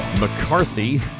McCarthy